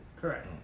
Correct